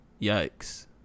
Yikes